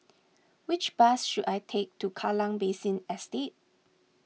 which bus should I take to Kallang Basin Estate